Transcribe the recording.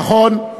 נכון,